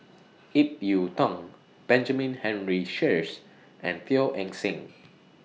Ip Yiu Tung Benjamin Henry Sheares and Teo Eng Seng